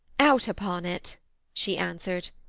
out upon it she answered,